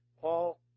Paul